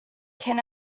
can